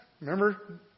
remember